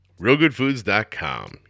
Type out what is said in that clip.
RealGoodFoods.com